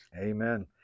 amen